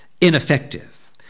ineffective